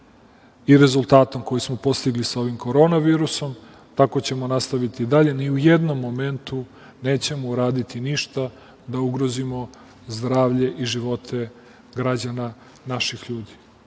i rezultatom koji smo postigli sa ovim Koronavirusom, tako ćemo nastaviti dalje. Ni u jednom momentu nećemo uraditi ništa da ugrozimo zdravlje i živote građana, naših ljudi.